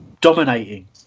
dominating